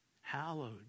hallowed